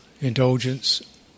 indulgence